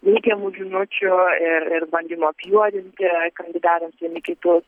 neigiamų žinučių ir ir bandymų apjuodinti kandidatams vieni kitus